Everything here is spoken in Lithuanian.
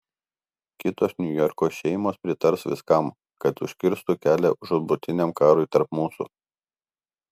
kitos niujorko šeimos pritars viskam kad užkirstų kelią žūtbūtiniam karui tarp mūsų